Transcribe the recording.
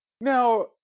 Now